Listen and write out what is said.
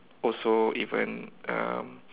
also even um